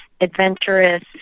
adventurous